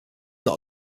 not